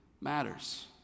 matters